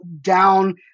down